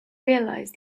realise